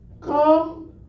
Come